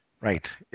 right